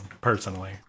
personally